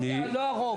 לא הרוב.